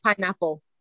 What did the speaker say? pineapple